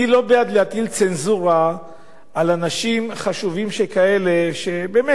אני לא בעד להטיל צנזורה על אנשים חשובים שכאלה שבאמת